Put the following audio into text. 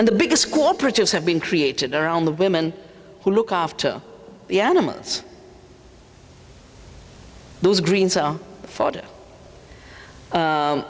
and the biggest corporations have been created their own the women who look after the animals those green